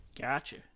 gotcha